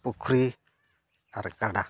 ᱯᱩᱠᱷᱨᱤ ᱟᱨ ᱜᱟᱰᱟ